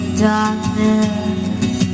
darkness